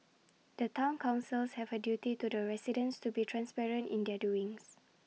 the Town councils have A duty to the residents to be transparent in their doings